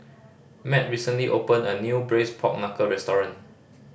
Mat recently opened a new Braised Pork Knuckle restaurant